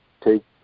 take